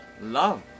love